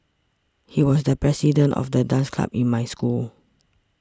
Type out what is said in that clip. he was the president of the dance club in my school